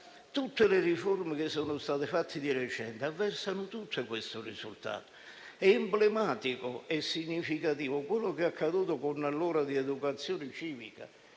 Tutte le riforme che sono state fatte di recente avversano questo risultato. È emblematico e significativo quello che è accaduto con l'ora di educazione civica.